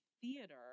theater